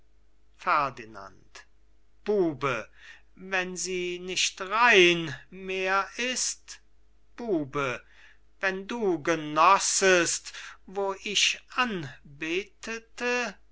ferdinand bube wenn sie nicht rein mehr ist bube wenn du genossest wo ich anbetete